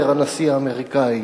אומר הנשיא האמריקני,